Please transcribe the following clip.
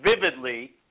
vividly